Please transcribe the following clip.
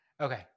Okay